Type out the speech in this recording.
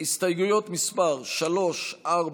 הסתייגויות מס' 3, 4,